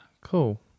Cool